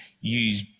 use